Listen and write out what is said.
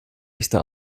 echte